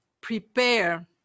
prepare